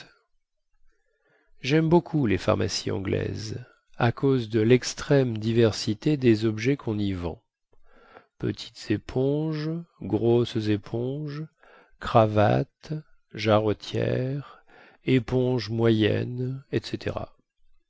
jaime beaucoup les pharmacies anglaises à cause de lextrême diversité des objets quon y vend petites éponges grosses éponges cravates jarretières éponges moyennes etc